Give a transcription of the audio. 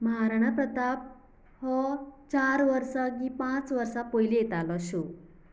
महाराणा प्रताप हो चार वर्सां की पांच वर्सां पयलीं येतालो शो